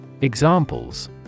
Examples